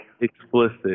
Explicit